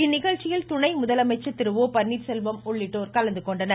இந்நிகழ்ச்சியில் துணை முதலமைச்சர் திரு ஓ பன்னீர்செல்வம் உள்ளிட்டோர் கலந்துகொண்டனர்